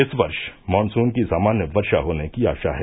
इस वर्ष मॉनसून की सामान्य वर्षा होने की आशा है